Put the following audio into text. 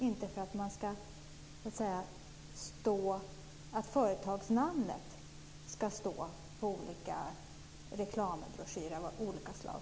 Företag ska inte sponsra därför att de vill att företagsnamnet ska finnas med på reklambroschyrer av olika slag.